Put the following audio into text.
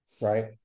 Right